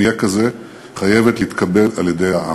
תיאלץ לקבל גיבוי מאזרחי